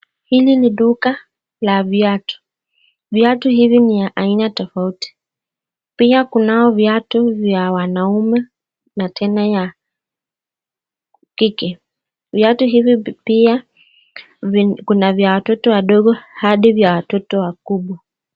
Hili ni duka la viatu. Viatu hivi ni ya aina tofauti. Pia kunao viatu vya wanaume na tena ya kike. Viatu hivi pia kuna vya watoto wadogo hadi vya watoto wakubwa.